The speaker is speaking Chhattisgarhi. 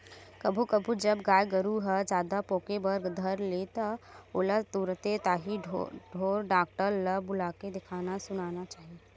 कभू कभू जब गाय गरु ह जादा पोके बर धर ले त ओला तुरते ताही ढोर डॉक्टर ल बुलाके देखाना सुनाना चाही